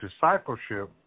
discipleship